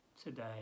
Today